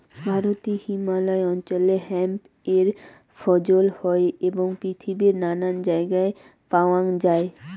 ভারতে হিমালয় অঞ্চলে হেম্প এর ফছল হই এবং পৃথিবীর নানান জায়গায় প্যাওয়াঙ যাই